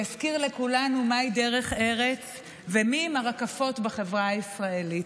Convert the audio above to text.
יזכיר לכולנו מהי דרך ארץ ומיהן הרקפות בחברה הישראלית.